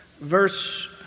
verse